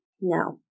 No